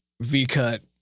V-cut